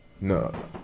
No